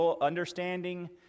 understanding